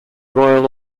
royal